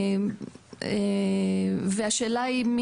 והשאלה היא,